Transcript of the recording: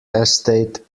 estate